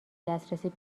دسترسی